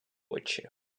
очі